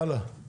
הלאה.